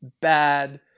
bad